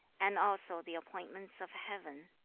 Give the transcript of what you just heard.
and also the appointments of heaven,